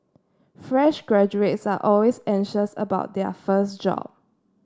fresh graduates are always anxious about their first job